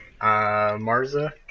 Marza